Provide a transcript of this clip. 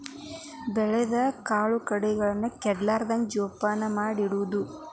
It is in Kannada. ಬೆಳದ ಕಾಳು ಕಡಿ ಕೆಡಲಾರ್ದಂಗ ಜೋಪಾನ ಮಾಡಿ ಇಡುದು